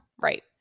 Right